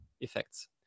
effects